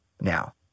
Now